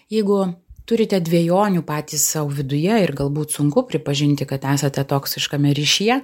jeigu turite dvejonių patys sau viduje ir galbūt sunku pripažinti kad esate toksiškame ryšyje